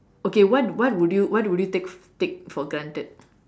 okay what what would you what would you take take for granted